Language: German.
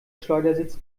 schleudersitz